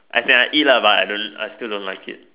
as in I eat lah but I don't I still don't like it